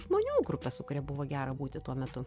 žmonių grupę su kuria buvo gera būti tuo metu